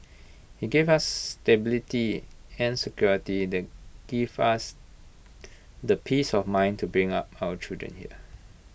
he gave us stability and security that give us the peace of mind to bring up our children here